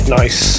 nice